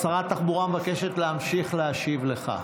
שרת התחבורה מבקשת להמשיך להשיב לך.